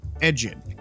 engine